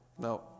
No